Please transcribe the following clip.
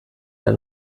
der